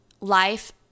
life